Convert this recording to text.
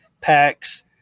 packs